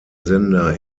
sender